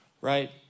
right